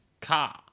car